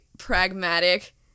pragmatic